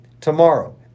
tomorrow